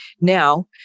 Now